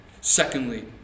Secondly